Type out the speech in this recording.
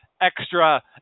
extra